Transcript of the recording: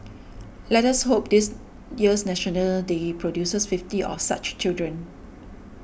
let us hope this year's National Day produces fifty of such children